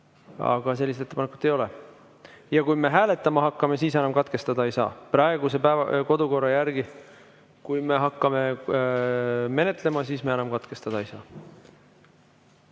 Aga sellist ettepanekut ei ole. Ja kui me hääletama hakkame, siis enam katkestada ei saa. Praeguse kodukorra järgi, kui me hakkame eelnõu menetlema, siis me enam katkestada ei saa.